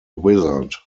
wizard